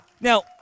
Now